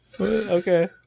Okay